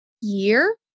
year